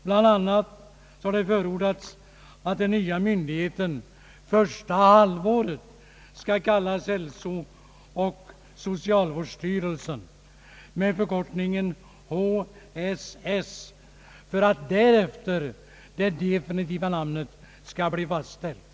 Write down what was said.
Bland annat har det förordats att den nya myndigheten under det första halvåret skall kallas hälsooch socialvårdsstyrelsen med förkortningen HSS för att därefter det definitiva namnet skall bli fastställt.